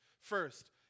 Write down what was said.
First